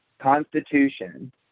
constitution